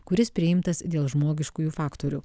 kuris priimtas dėl žmogiškųjų faktorių